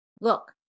Look